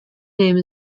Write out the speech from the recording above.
name